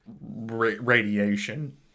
radiation